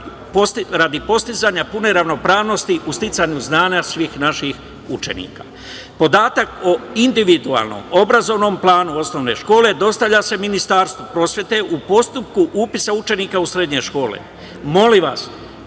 radi postizanja pune ravnopravnosti u sticanju znanja svih naših učenika. Podatak o individualnom obrazovnom planu osnovne škole dostavlja se Ministarstvu prosvete u postupku upisa učenika u srednje škole. Molim vas,